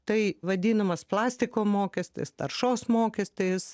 tai vadinamas plastiko mokestis taršos mokestis